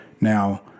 Now